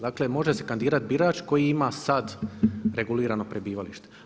Dakle može se kandidirati birač koji ima sada regulirano prebivalište.